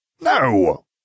No